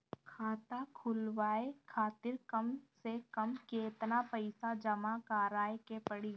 खाता खुलवाये खातिर कम से कम केतना पईसा जमा काराये के पड़ी?